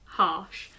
harsh